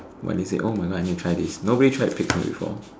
what is it oh my god I need to try this nobody tried pig's milk before